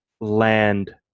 land